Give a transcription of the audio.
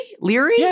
Leary